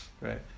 right